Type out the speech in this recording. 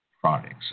products